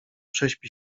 prześpi